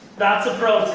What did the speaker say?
that's a pro